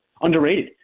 underrated